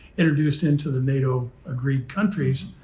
introduced into the nato agreed countries,